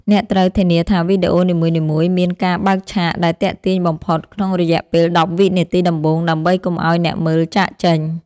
អ្នកត្រូវធានាថាវីដេអូនីមួយៗមាន ការបើកឆាក ដែលទាក់ទាញបំផុតក្នុងរយៈពេល ១០ វិនាទីដំបូងដើម្បីកុំឱ្យអ្នកមើលចាកចេញ។